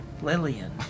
Lillian